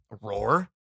roar